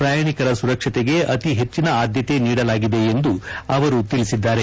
ಪ್ರಯಾಣಿಕರ ಸುರಕ್ಷತೆಗೆ ಅಕಿ ಹೆಚ್ಚಿನ ಆದ್ಧತೆ ನೀಡಲಾಗಿದೆ ಎಂದು ಅವರು ತಿಳಿಸಿದ್ದಾರೆ